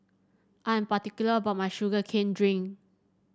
I am particular about my Sugar Cane Juice